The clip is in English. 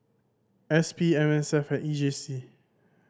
S P M S F E J C